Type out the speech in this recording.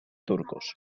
turcos